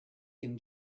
can